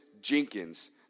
Jenkins